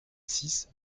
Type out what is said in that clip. six